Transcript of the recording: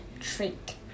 Treat